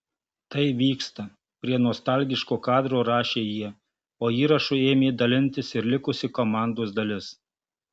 tai vyksta prie nostalgiško kadro rašė jie o įrašu ėmė dalintis ir likusi komandos dalis